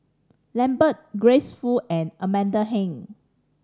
Lambert Grace Fu and Amanda Heng